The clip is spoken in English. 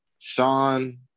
Sean